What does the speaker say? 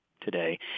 today